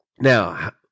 Now